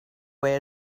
where